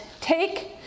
take